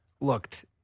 looked